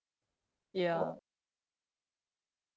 ya